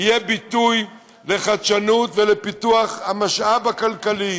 יהיה ביטוי לחדשנות ולפיתוח המשאב הכלכלי